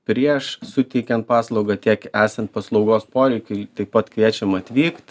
prieš suteikiant paslaugą tiek esant paslaugos poreikiui taip pat kviečiam atvykt